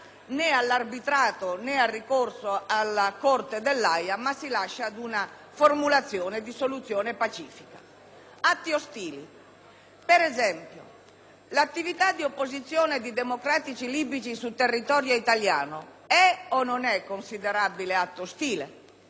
né all'arbitrato, né al ricorso alla Corte dell'Aja, ma si rimanda ad una formulazione di «soluzione pacifica». Atti ostili: per esempio, l'attività di opposizione di democratici libici sul territorio italiano è o non è considerabile atto ostile?